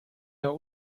der